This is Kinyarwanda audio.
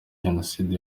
jenoside